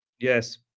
Yes